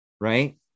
Right